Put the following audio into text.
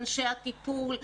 אנשי הטיפול,